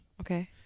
Okay